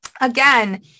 again